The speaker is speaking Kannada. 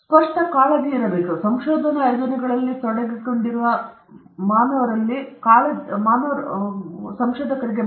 ನಾನು ಹೇಳಿದಂತೆ ಸ್ಪಷ್ಟ ಕಾಳಜಿಯು ಸಂಶೋಧನಾ ಯೋಜನೆಗಳಲ್ಲಿ ತೊಡಗಿರುವ ಮಾನವ ವಿಷಯಗಳು